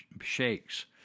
shakes